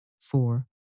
four